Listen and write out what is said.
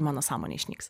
mano sąmonė išnyks